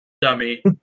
dummy